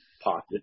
pocket